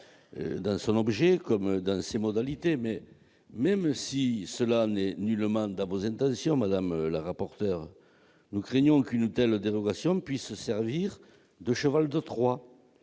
dans son objet comme dans ses modalités. Néanmoins, même si telle n'est pas votre intention, madame la rapporteur, nous craignons qu'une telle dérogation ne serve de cheval de Troie